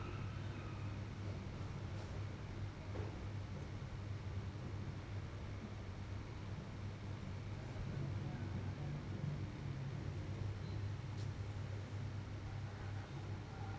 the